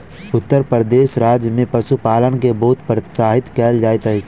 उत्तर प्रदेश राज्य में पशुपालन के बहुत प्रोत्साहित कयल जाइत अछि